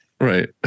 Right